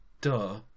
duh